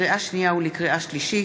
לקריאה שנייה ולקריאה שלישית,